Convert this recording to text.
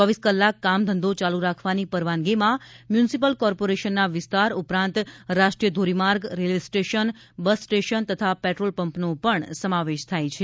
ચોવીસ કલાક કામધંધો ચાલુ રાખવાની પરવાનગીમાં મ્યુનિસિપલ કોર્પોરેશનના વિસ્તાર ઉપરાંત રાષ્ટ્રીય ધોરીમાર્ગ રેલ્વે સ્ટેશન બસ સ્ટેશન તથા પેટ્રોલપંપનો પણ સમાવેશ થાય છે